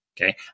okay